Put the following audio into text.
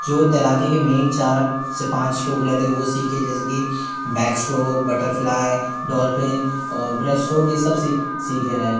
जो तैराकी के मेन चार से पाँच इस्ट्रोक रहते वो सीखे जैसे कि backstroke butterfly dolphin और ब्रेस्ट्रोक ये सब सीखे रहे